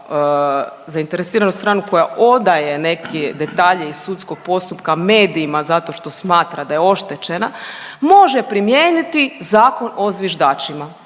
zainteresiranu stranu koja odaje neke detalje iz sudskog postupka medijima zato što smatra da je oštećena, može primijeniti Zakon o zviždačima.